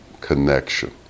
connection